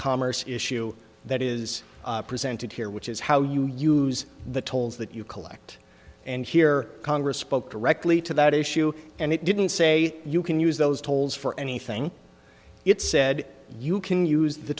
commerce issue that is presented here which is how you use the tolls that you collect and here congress spoke directly to that issue and it didn't say you can use those tolls for anything it said you can use the